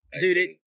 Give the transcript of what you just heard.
dude